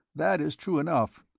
that is true enough.